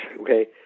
okay